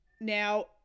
Now